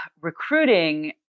recruiting